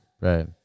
Right